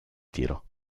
tiro